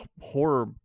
horror